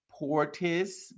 Portis